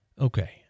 Okay